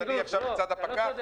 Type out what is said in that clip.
אז אני עכשיו לצד הפקח?